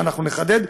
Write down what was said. ואנחנו נחדד,